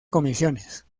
comisiones